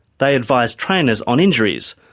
they advise trainers on injuries,